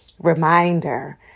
reminder